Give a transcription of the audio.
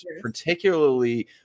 particularly